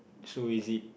so is it